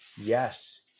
yes